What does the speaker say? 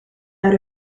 out